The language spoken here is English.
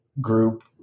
group